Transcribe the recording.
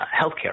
healthcare